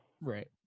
Right